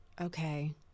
okay